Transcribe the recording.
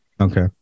Okay